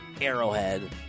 Arrowhead